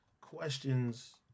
questions